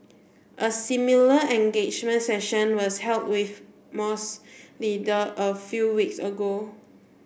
a similar engagement session was held with moss leader a few weeks ago